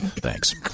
thanks